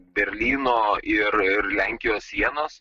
berlyno ir ir lenkijos sienos